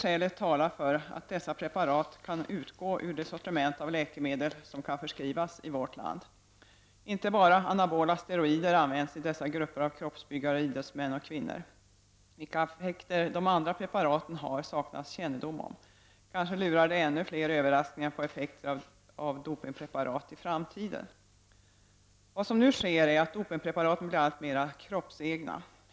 Detta talar för att dessa preparat kan utgå ur det sortiment av läkemedel som kan förskrivas i vårt land. Inte bara anabola steroider används i dessa grupper av kroppsbyggare, idrottsmän och idrottskvinnor. Vilka effekter de andra preparaten har saknar vi kännedom om. Kanske lurar det ännu flera överraskningar vad gäller effekter av dopingpreparat i framtiden. Vad som nu sker är att dopingpreparaten blir alltmera kroppsegna.